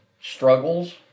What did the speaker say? struggles